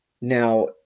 Now